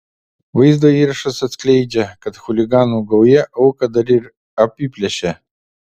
vaizdo įrašas atskleidžia kad chuliganų gauja auką dar ir apiplėšė